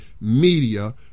media